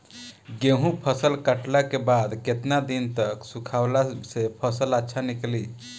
गेंहू फसल कटला के बाद केतना दिन तक सुखावला से फसल अच्छा निकली?